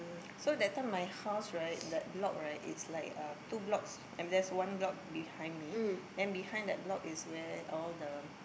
so that time my house right that block right it's like uh two blocks and there's one block behind me then behind that block is where all the